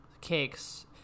cakes